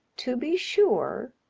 to be sure,